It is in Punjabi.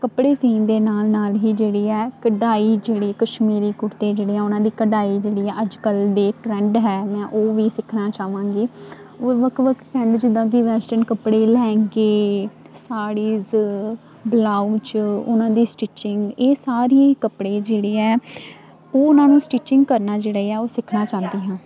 ਕੱਪੜੇ ਸਿਓਣ ਦੇ ਨਾਲ ਨਾਲ ਹੀ ਜਿਹੜੀ ਹੈ ਕਢਾਈ ਜਿਹੜੀ ਕਸ਼ਮੀਰੀ ਕੁੜਤੇ ਜਿਹੜੇ ਆ ਉਹਨਾਂ ਦੀ ਕਢਾਈ ਜਿਹੜੀ ਆ ਅੱਜ ਕੱਲ੍ਹ ਦੇ ਟਰੈਂਡ ਹੈ ਮੈਂ ਉਹ ਵੀ ਸਿੱਖਣਾ ਚਾਹਵਾਂਗੀ ਹੋਰ ਵੱਖ ਵੱਖ ਟਰੈਂਡ ਜਿੱਦਾਂ ਕਿ ਵੈਸਟਨ ਕੱਪੜੇ ਲਹਿੰਗੇ ਸਾੜੀਜ ਬੁਲਾਉਚ ਉਹਨਾਂ ਦੀ ਸਟੀਚਿੰਗ ਇਹ ਸਾਰੀ ਕੱਪੜੇ ਜਿਹੜੇ ਹੈ ਉਹ ਉਹਨਾਂ ਨੂੰ ਸਟਿਚਿੰਗ ਕਰਨਾ ਜਿਹੜਾ ਆ ਉਹ ਸਿੱਖਣਾ ਚਾਹੁੰਦੀ ਹਾਂ